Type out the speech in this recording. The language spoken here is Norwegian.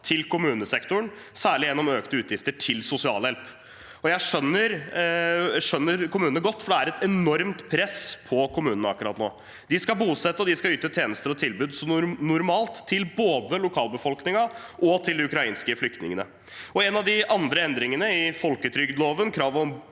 til kommunesektoren, særlig gjennom økte utgifter til sosialhjelp. Jeg skjønner kommunene godt, for det er et enormt press på kommunene akkurat nå. De skal bosette, og de skal yte tjenester og ha tilbud som normalt både til lokalbefolkningen og til de ukrainske flyktningene. En av de andre endringene i folketrygdloven, krav